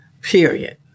Period